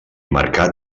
marcà